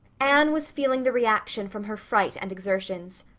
anne was feeling the reaction from her fright and exertions.